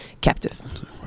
captive